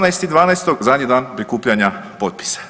18.12. zadnji dan prikupljanja potpisa.